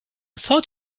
thought